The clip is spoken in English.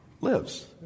lives